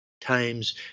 times